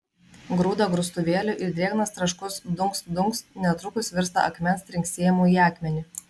grūda grūstuvėliu ir drėgnas traškus dunkst dunkst netrukus virsta akmens trinksėjimu į akmenį